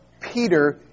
Peter